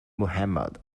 muhammad